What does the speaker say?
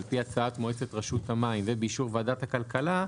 על פי הצעת מועצת רשות המים ובאישור ועדת הכלכלה,